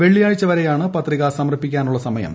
വെള്ളിയാഴ്ച വരെയാണ് പ്പത്രിക സമർപ്പിക്കാനുള്ള സമയം